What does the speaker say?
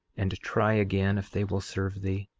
and try again if they will serve thee?